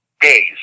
days